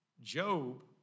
Job